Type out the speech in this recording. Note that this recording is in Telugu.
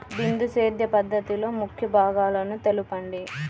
బిందు సేద్య పద్ధతిలో ముఖ్య భాగాలను తెలుపండి?